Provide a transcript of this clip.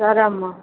సరే అమ్మ